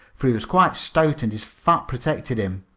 for he was quite stout and his fat protected him.